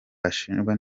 ashinjwa